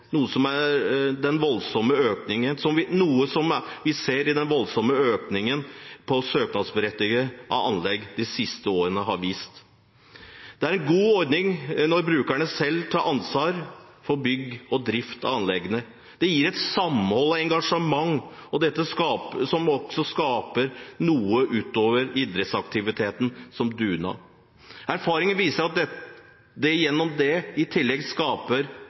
noe vi ser av den voldsomme økningen i søknadsberettigede anlegg de siste årene. Det er en god ordning at brukerne selv tar ansvar for bygging og drift av anleggene. Det gir et samhold og et engasjement som også skaper noe utover idrettsaktiviteten. Erfaring viser at det i tillegg